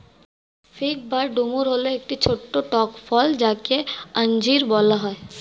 fig বা ডুমুর হল একটি ছোট্ট টক ফল যাকে আঞ্জির বলা হয়